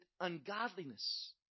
ungodliness